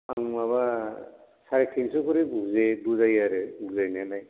आं माबा साराइ तिनस' खरि बुंजायो आरो बुंजानायालाय